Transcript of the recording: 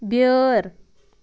بیٛٲر